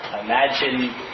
Imagine